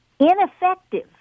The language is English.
Ineffective